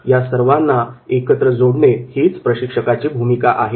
या सर्वांना एकत्र जोडणे हीच प्रशिक्षकाची भूमिका आहे